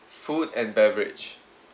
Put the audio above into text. food and beverage